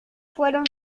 fueron